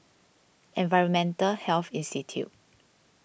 Environmental Health Institute